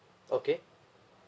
okay